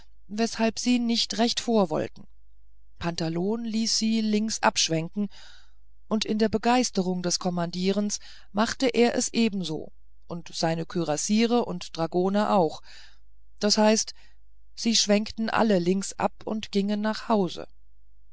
weshalb sie nicht recht vor wollten pantalon ließ sie links abschwenken und in der begeisterung des kommandierens machte er es ebenso und seine kürassiere und dragoner auch das heißt sie schwenkten alle links ab und gingen nach hause